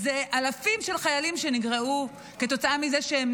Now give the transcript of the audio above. אלפים של חיילים שנגרעו כתוצאה מזה שהם